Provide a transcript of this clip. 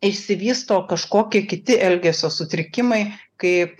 išsivysto kažkokie kiti elgesio sutrikimai kaip